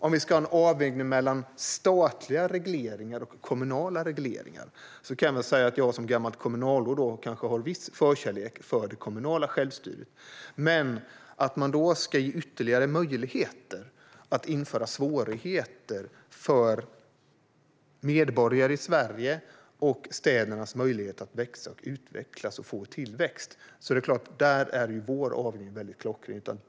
Om vi ska ha en avvägning mellan statliga regleringar och kommunala regleringar kan jag väl säga att jag som gammalt kommunalråd kanske har en viss förkärlek för det kommunala självstyret. Men om man ska ge ytterligare möjligheter att införa svårigheter för medborgare i Sverige och för städernas möjlighet att växa, utvecklas och få tillväxt är det klart att vår avvägning är klockren.